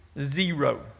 zero